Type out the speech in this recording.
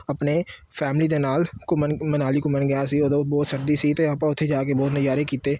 ਆਪਣੇ ਫੈਮਿਲੀ ਦੇ ਨਾਲ ਘੁੰਮਣ ਮਨਾਲੀ ਘੁੰਮਣ ਗਿਆ ਸੀ ਉਦੋਂ ਬਹੁਤ ਸਰਦੀ ਸੀ ਅਤੇ ਆਪਾਂ ਉੱਥੇ ਜਾ ਕੇ ਬਹੁਤ ਨਜ਼ਾਰੇ ਕੀਤੇ